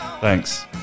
Thanks